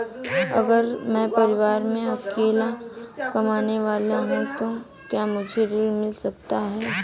अगर मैं परिवार में अकेला कमाने वाला हूँ तो क्या मुझे ऋण मिल सकता है?